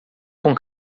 com